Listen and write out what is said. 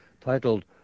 titled